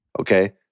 okay